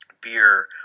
beer